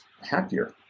happier